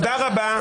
תודה רבה.